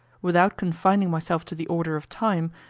without confining myself to the order of time,